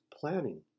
planning